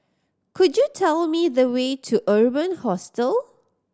could you tell me the way to Urban Hostel